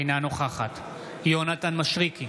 אינה נוכחת יונתן מישרקי,